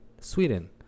Sweden